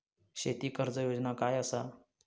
शेती कर्ज योजना काय असा?